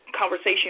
conversation